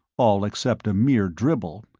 all except a mere dribble.